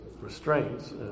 restraints